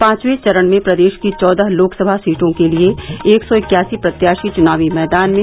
पांचवे चरण में प्रदेश की चौदह लोकसभा सीटों के लिये एक सौ इक्यासी प्रत्याशी चुनावी मैदान में